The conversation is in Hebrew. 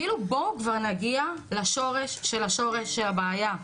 כאילו בואו כבר נגיע לשורש של השורש של הבעיה.